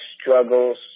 struggles